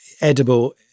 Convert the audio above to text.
edible